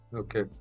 okay